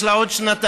יש לה עוד שנתיים,